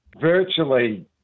virtually